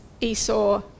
Esau